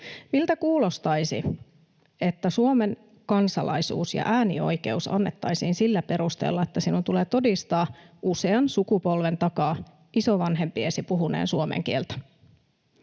Miltä kuulostaisi, että Suomen kansalaisuus ja äänioikeus annettaisiin sillä perusteella, että sinun tulee todistaa usean sukupolven takaa isovanhempiesi puhuneen suomen kieltä?